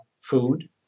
food